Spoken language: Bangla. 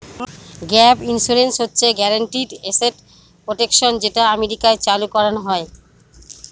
গ্যাপ ইন্সুরেন্স হচ্ছে গ্যারান্টিড এসেট প্রটেকশন যেটা আমেরিকায় চালু করানো হয়